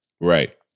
Right